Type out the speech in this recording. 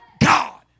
God